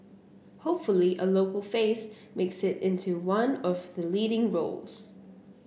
hopefully a local face makes it into one of the leading roles